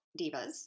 divas